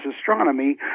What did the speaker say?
astronomy